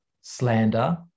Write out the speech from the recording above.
slander